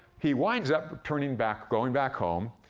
he winds up turning back, going back home,